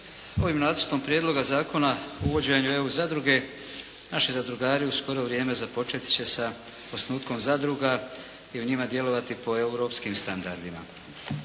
Ovim Nacrtom prijedloga zakona o uvođenju EU zadruge naši zadrugari u skoro vrijeme započet će s osnutkom zadruga i u njima djelovati po europskim standardima.